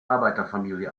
arbeiterfamilie